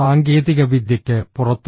സാങ്കേതികവിദ്യയ്ക്ക് പുറത്ത്